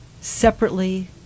separately